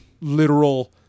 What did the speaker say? literal